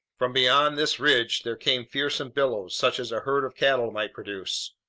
from beyond this ridge there came fearsome bellows, such as a herd of cattle might produce.